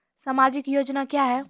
समाजिक योजना क्या हैं?